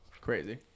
crazy